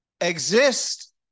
exist